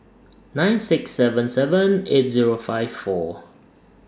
nine six seven seven eight Zero five four